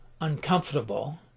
uncomfortable